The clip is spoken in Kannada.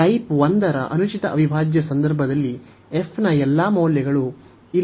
ಆದ್ದರಿಂದ ಟೈಪ್ 1 ರ ಅನುಚಿತ ಅವಿಭಾಜ್ಯ ಸಂದರ್ಭದಲ್ಲಿ f ನ ಎಲ್ಲಾ ಮೌಲ್ಯಗಳು ಇಲ್ಲಿ